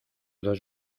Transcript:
dos